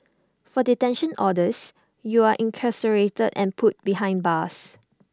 for detention orders you're incarcerated and put behind bars